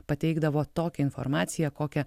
pateikdavo tokią informaciją kokią